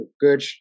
good